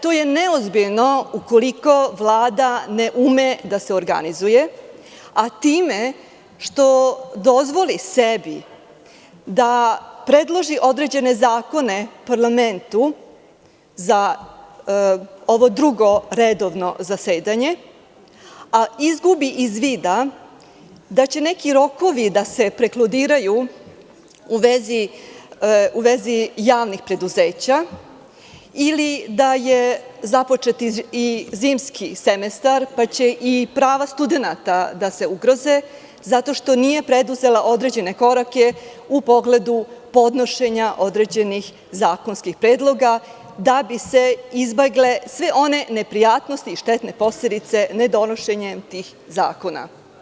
To je neozbiljno ukoliko Vlada ne ume da se organizuje, a time što dozvoli sebi da predloži određene zakone parlamentu za ovo drugo redovno zasedanje a izgubi iz vida da će neki rokovi da se preklodiraju u vezi javnih preduzeća ili da je započet i zimski semestar pa će i prava studenata da se ugroze zato što nije preduzela određene korake u pogledu podnošenja određenih zakonskih predloga, da bi se izbegle sve one neprijatnosti i štetne posledice nedonošenjem tih zakona.